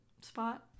spot